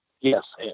Yes